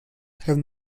have